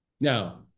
Now